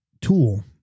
tool